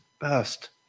best